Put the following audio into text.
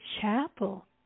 chapel